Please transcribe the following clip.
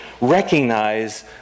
recognize